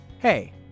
Hey